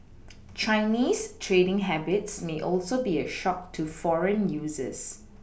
Chinese trading habits may also be a shock to foreign users